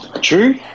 True